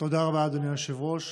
תודה רבה, אדוני היושב-ראש.